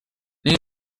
nei